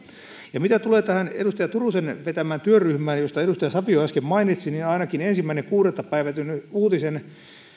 mitä tulee tähän edustaja turusen vetämään työryhmään josta edustaja savio äsken mainitsi niin ainakin ensimmäinen kuudetta keskisuomalaisessa päivätyn uutisen